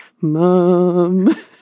mom